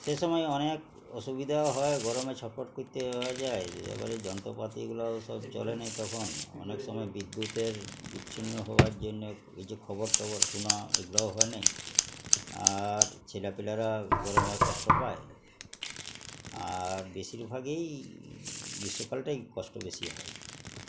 সে সময় অনেক অসুবিধাও হয় গরমে ছটফট করতে হওয়া যায় আবার যন্ত্রপাতি এগুলাও সব চলে না তখন অনেক সময় বিদ্যুতের বিচ্ছিন্ন হওয়ার জন্যে এই যে খবর টবর শোনা এগুলাও হয় নাই আর ছেলেপিলেরা গরমে কষ্ট পায় আর বেশিরভাগই গ্রীষ্মকালটাই কষ্ট বেশি হয়